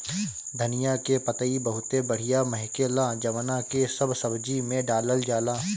धनिया के पतइ बहुते बढ़िया महके ला जवना के सब सब्जी में डालल जाला